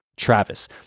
Travis